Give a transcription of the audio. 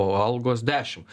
o algos dešimt